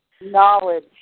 Knowledge